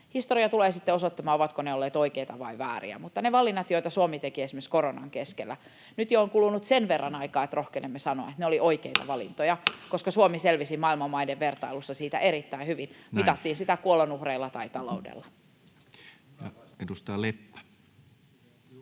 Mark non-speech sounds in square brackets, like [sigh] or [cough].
Historia tulee sitten osoittamaan, ovatko ne olleet oikeita vai vääriä, mutta ne valinnat, joita Suomi teki esimerkiksi koronan keskellä — nyt jo on kulunut sen verran aikaa, että rohkenemme sanoa — olivat oikeita valintoja, [noise] koska Suomi selvisi maailman maiden vertailussa siitä erittäin hyvin, mitattiin sitä kuolonuhreilla tai taloudella. [Jukka